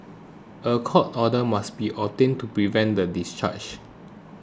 a court order must be obtained to prevent the discharge